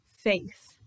Faith